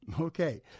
okay